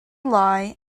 lie